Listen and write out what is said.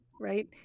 right